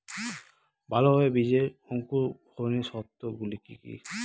ভালোভাবে বীজের অঙ্কুর ভবনের শর্ত গুলি কি কি?